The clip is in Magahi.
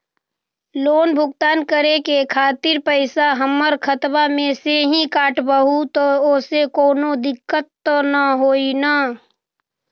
लोन भुगतान करे के खातिर पैसा हमर खाता में से ही काटबहु त ओसे कौनो दिक्कत त न होई न?